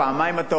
אז פעמיים.